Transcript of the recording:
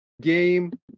game